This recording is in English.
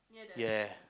ya